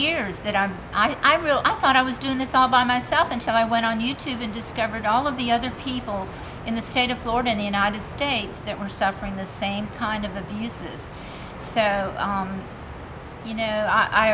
years that i'm i will i thought i was doing this all by myself until i went on you tube and discovered all of the other people in the state of florida in the united states that were suffering the same kind of abuses so you know i